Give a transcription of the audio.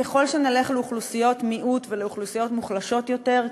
ככל שנלך לאוכלוסיות מיעוט ולאוכלוסיות מוחלשות יותר,